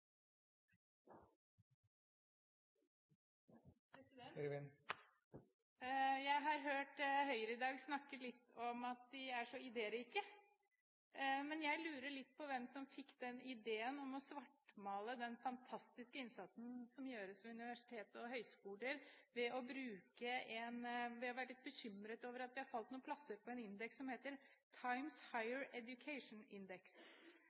trykker. Jeg har hørt Høyre i dag snakke litt om at de er så idérike. Men jeg lurer litt på hvem som fikk den ideen om å svartmale den fantastiske innsatsen som gjøres ved universiteter og høyskoler, ved å være litt bekymret over at vi har falt noen plasser på en indeks som heter The Times